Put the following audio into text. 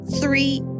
three